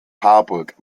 harburg